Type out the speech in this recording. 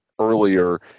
earlier